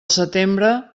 setembre